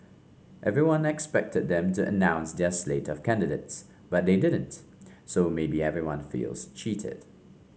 everyone expected them to announce their slate of candidates but they didn't so maybe everyone feels cheated